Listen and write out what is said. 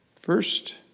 First